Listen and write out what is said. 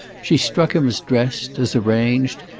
she struck him as dressed, as arranged,